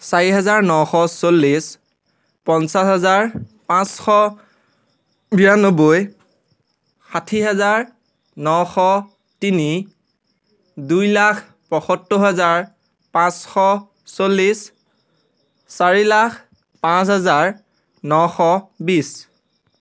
চাৰি হাজাৰ নশ চল্লিছ পঞ্চাছ হাজাৰ পাঁচশ বিৰান্নবৈ ষাঠি হাজাৰ নশ তিনি দুই লাখ পঁইসত্তৰ হাজাৰ পাঁচশ চল্লিছ চাৰি লাখ পাঁচ হাজাৰ নশ বিছ